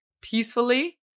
peacefully